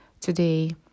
today